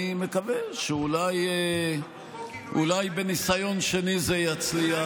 אני מקווה שאולי בניסיון שני זה יצליח.